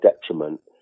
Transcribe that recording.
detriment